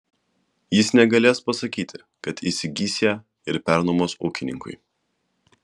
jis negalės pasakyti kad įsigys ją ir pernuomos ūkininkui